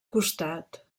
costat